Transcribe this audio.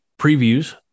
previews